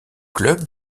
club